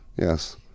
Yes